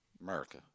America